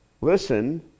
Listen